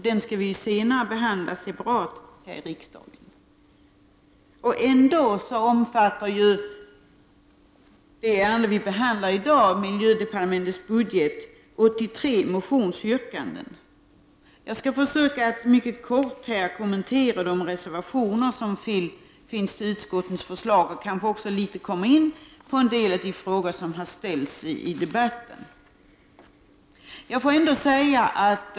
Den skall vi ju senare behandla separat här i riksdagen. Ändå omfattar ju det ärende vi behandlar i dag, miljödepartementets budget, 83 motionsyrkanden. Jag skall försöka att mycket kort kommentera de reservationer som finns till utskottets förslag och kanske också litet komma in på en del av de frågor som ställts i debatten.